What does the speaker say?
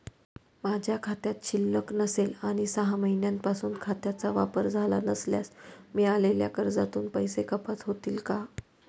माझ्या खात्यात शिल्लक नसेल आणि सहा महिन्यांपासून खात्याचा वापर झाला नसल्यास मिळालेल्या कर्जातून पैसे कपात होतील का?